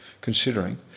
considering